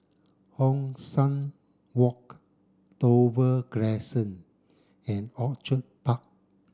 Hong San Walk Dover Crescent and Orchid Park